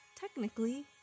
technically